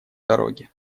дороги